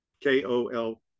K-O-L